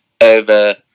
over